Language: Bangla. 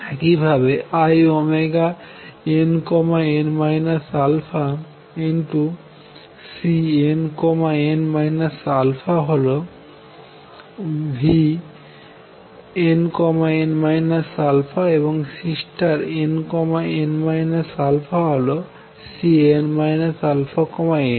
একই ভাবে i nn α Cnn α হল vnn α এবং Cnn হল Cn αn